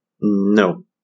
No